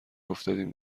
افتادیم